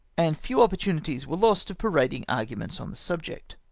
and few opportunities were lost of parading arguments on the subject.